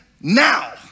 now